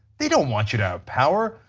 they do not want you to have power.